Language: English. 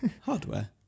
Hardware